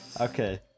Okay